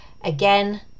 Again